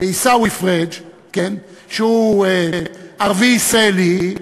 עיסאווי פריג', שהוא ערבי ישראלי,